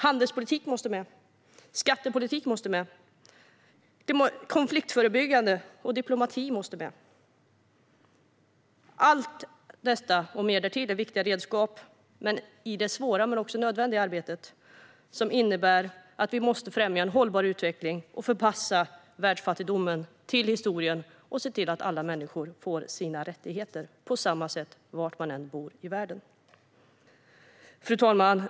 Handelspolitik måste med, liksom skattepolitik, konfliktförebyggande och diplomati. Allt detta och mer därtill är viktiga redskap i det svåra men nödvändiga arbetet för att främja en hållbar utveckling, förpassa världsfattigdomen till historien och se till att alla människor får sina rättigheter tillgodosedda på samma sätt, var man än bor i världen. Fru talman!